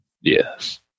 Yes